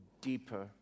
deeper